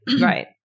Right